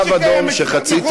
זה קו אדום שחצית,